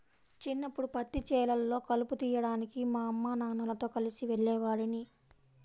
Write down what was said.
చిన్నప్పడు పత్తి చేలల్లో కలుపు తీయడానికి మా అమ్మానాన్నలతో కలిసి వెళ్ళేవాడిని